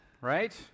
right